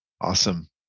Awesome